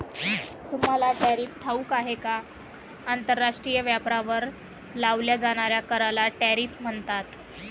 तुम्हाला टॅरिफ ठाऊक आहे का? आंतरराष्ट्रीय व्यापारावर लावल्या जाणाऱ्या कराला टॅरिफ म्हणतात